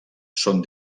són